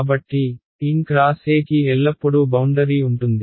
కాబట్టి n x E కి ఎల్లప్పుడూ బౌండరీ ఉంటుంది